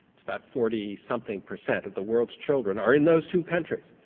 it's about forty something percent of the world's children are in those two countries.